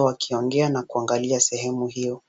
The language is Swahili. wakiongea na kuangalia sehemu hiyo.